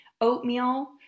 oatmeal